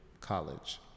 college